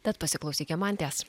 tad pasiklausykim anties